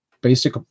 Basic